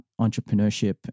entrepreneurship